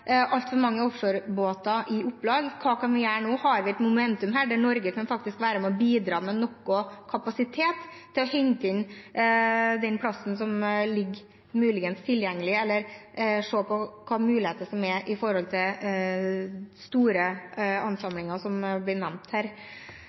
altfor mange offshorebåter i opplag. Hva kan vi gjøre nå? Har vi et momentum der Norge kan være med og bidra med noe kapasitet for å hente inn den plasten som muligens ligger tilgjengelig, eller se på hvilke muligheter som er når det gjelder store